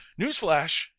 Newsflash